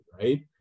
right